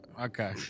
okay